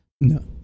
No